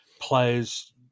players